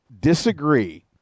disagree